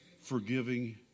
forgiving